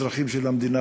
אזרחים של המדינה,